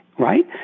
Right